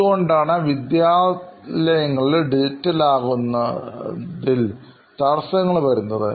എന്തുകൊണ്ടാണ് വിദ്യാലയങ്ങളിൽ ഡിജിറ്റൽ ആകുന്നതിൽ തടയുന്നത്